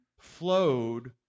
flowed